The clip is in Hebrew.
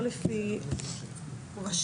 לא לפי ראשים,